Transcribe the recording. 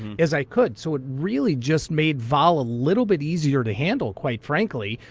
as i could. so it really just made vol a little bit easier to handle, quite frankly.